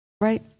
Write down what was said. Right